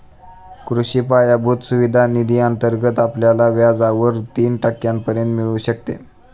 कृषी पायाभूत सुविधा निधी अंतर्गत आपल्याला व्याजावर तीन टक्क्यांपर्यंत मिळू शकते